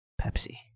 Pepsi